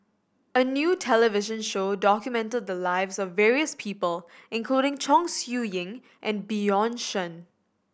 a new television show documented the lives of various people including Chong Siew Ying and Bjorn Shen